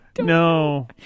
No